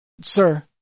Sir